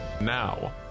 Now